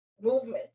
movement